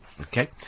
Okay